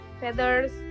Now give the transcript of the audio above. feathers